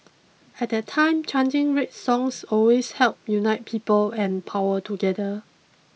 at that time chanting red songs always helped unite people and power together